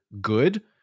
good